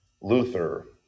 Luther